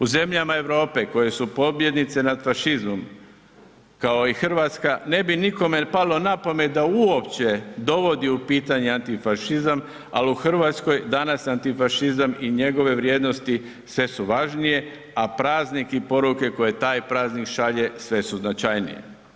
U zemljama Europe koje su pobjednice nad fašizmom kao i RH ne bi nikome palo napamet da uopće dovodi u pitanje antifašizam, al u RH danas antifašizam i njegove vrijednosti sve su važnije, a praznik i poruke koje taj praznik šalje sve su značajnije.